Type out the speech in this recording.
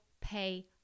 pay